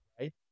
right